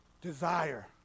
Desire